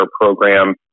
program